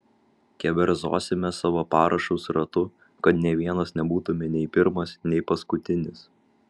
keverzosime savo parašus ratu kad nė vienas nebūtume nei pirmas nei paskutinis